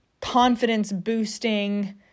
confidence-boosting